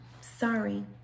Sorry